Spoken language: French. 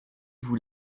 vous